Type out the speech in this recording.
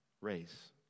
race